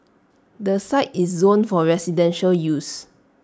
the site is zoned for residential use